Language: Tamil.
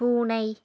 பூனை